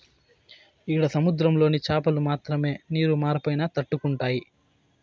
ఈడ సముద్రంలోని చాపలు మాత్రమే నీరు మార్పైనా తట్టుకుంటాయి